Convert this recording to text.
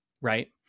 right